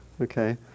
Okay